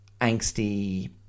angsty